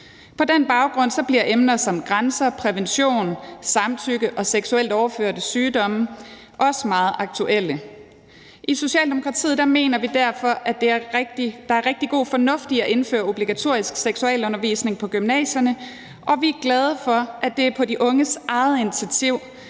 På den baggrund bliver emner som grænser, prævention, samtykke og seksuelt overførte sygdomme også meget aktuelle. I Socialdemokratiet mener vi derfor, at der er rigtig god fornuft i at indføre obligatorisk seksualundervisning på gymnasierne, og vi er glade for, at det er på de unges eget initiativ,